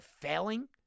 failing